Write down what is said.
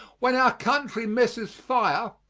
when our country misses fire,